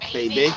Baby